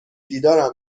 دیدارم